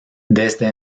desde